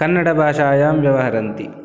कन्नडभाषायां व्यवहरन्ति